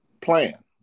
plan